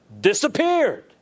disappeared